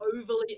overly